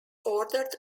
ordered